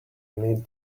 need